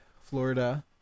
Florida